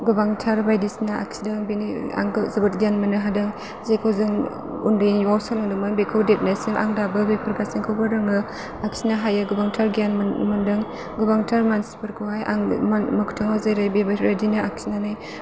गोबांथार बायदिसिना आखिदों बेनि आं जोबोद गियान मोननो हादों जेखौ जों उन्दैयाव सोलोंदोंमोन बेखौ देरनायसिम आं दाबो बेफोर गासैखौबो रोङो आखिनो हायो गोबांथार गियान मोन्दों गोबांथार मानसिफोरखौहाय आङो मोगथाङाव जेरै बेफोरबायदिनो आखिनानै